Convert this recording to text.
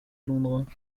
londres